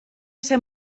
ser